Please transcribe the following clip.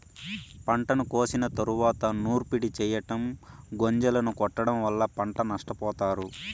పంటను కోసిన తరువాత నూర్పిడి చెయ్యటం, గొంజలను కొట్టడం వల్ల పంట నష్టపోతారు